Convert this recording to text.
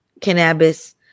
cannabis